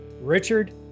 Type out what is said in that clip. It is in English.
Richard